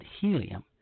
helium